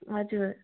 हजुर